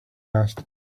asked